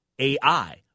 AI